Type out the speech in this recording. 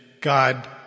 God